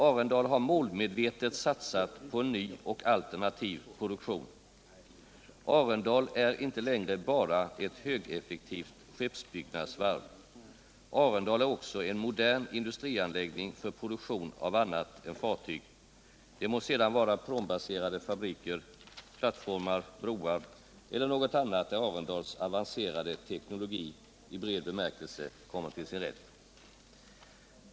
Arendal har målmedvetet satsat på en ny och alternativ produktion. Arendal är inte längre bara ett högeffektivt skeppsbyggnadsvarv. Arendal är också en modern industrianläggning för produktion av annat än fartyg. Det må sedan vara pråmbaserade fabriker, plattformar, broar eller något annat där Arendals avancerade teknologi i bred bemärkelse kommer till sin rätt.